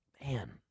Man